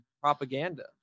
propaganda